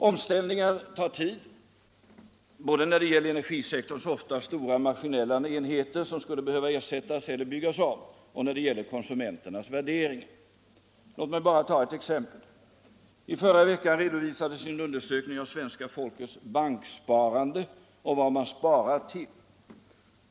Omställningar tar tid, både när det gäller energisektorns ofta stora maskinella enheter, som skulle behöva ersättas eller byggas om, och när det gäller konsumenternas värdering. Låt mig bara ta ett exempel. För någon vecka sedan redovisades en undersökning av svenska folkets banksparande och vad man sparar till.